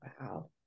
Wow